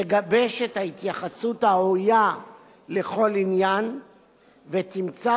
תגבש את ההתייחסות הראויה לכל עניין ותמצא